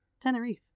Tenerife